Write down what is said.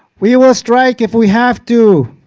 we will strike if we have to!